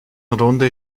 runde